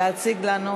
להציג לנו.